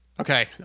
okay